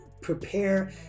prepare